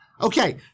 Okay